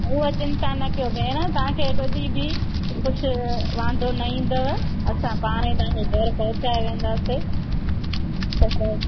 उहा चिंता न कयो भेण तव्हांखे कॾहिं बि कुझु वांदो न ईंदव असां पाण ई तव्हांखे घरु पहुचाए वेंदासीं सभु